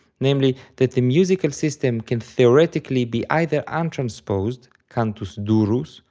namely that the musical system can theoretically be either untransposed, cantus durus,